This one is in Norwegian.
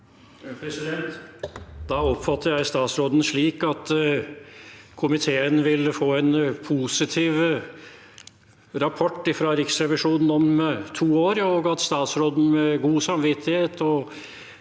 Da oppfatter jeg statsråden slik at komiteen vil få en positiv rapport fra Riksrevisjonen om to år, at statsråden med god samvittighet